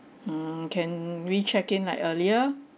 mm can we check in like earlier